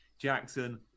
Jackson